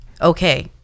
okay